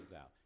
out